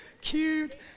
cute